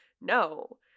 no